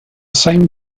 same